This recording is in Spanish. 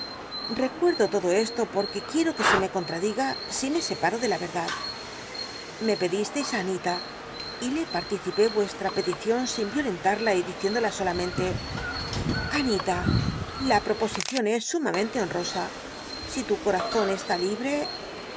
hecuetdo todo esto porque quiero que se me contradiga si me sepmo de la vetdad me pedisteis anita y le participé vuestra peticion sin violentada y diciéndola solamente atút a la proposicion es sumamente honrosa si tu corazon está libte